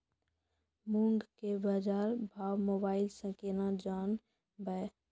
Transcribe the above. मूंग के बाजार भाव मोबाइल से के ना जान ब?